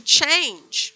change